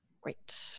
great